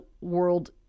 World